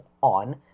on